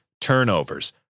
turnovers